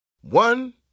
One